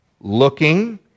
Looking